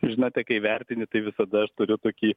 žinote kai įvertini tai visada aš turiu tokį